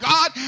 God